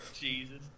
Jesus